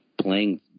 playing